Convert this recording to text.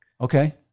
okay